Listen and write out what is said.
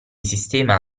sistema